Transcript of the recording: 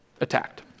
attacked